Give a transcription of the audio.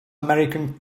american